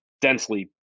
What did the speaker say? densely